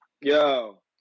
Yo